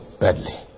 badly